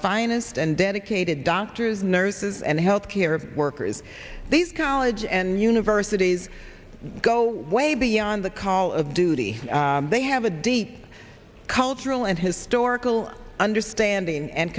finest and dedicated doctors nurses and health care workers these college and universities go way beyond the call of duty they have a deep cultural and historical understanding and